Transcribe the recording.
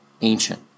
ancient